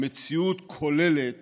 המציאות כוללת